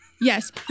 yes